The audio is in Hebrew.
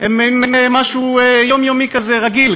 הם משהו יומיומי כזה, רגיל.